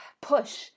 push